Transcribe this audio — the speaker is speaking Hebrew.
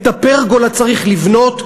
את הפרגולה צריך לבנות,